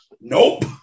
Nope